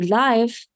life